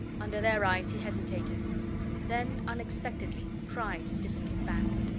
under their eyes he hesitated then, unexpectedly, pride stiffened his back.